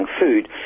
food